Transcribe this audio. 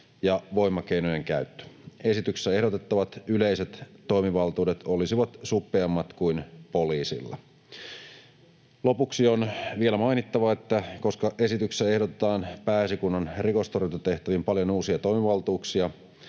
ja voimakeinojen käyttö. Esityksessä ehdotettavat yleiset toimivaltuudet olisivat suppeammat kuin poliisilla. Lopuksi on vielä mainittava, että koska esityksessä ehdotetaan Pääesikunnan rikostorjuntatehtäviin paljon uusia toimivaltuuksia,